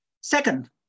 Second